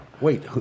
Wait